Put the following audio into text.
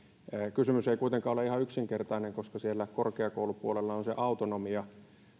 kysymys ei kuitenkaan ole ihan yksinkertainen koska siellä korkeakoulupuolella on se autonomia